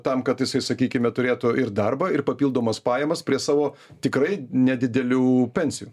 tam kad jisai sakykime turėtų ir darbą ir papildomas pajamas prie savo tikrai nedidelių pensijų